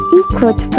include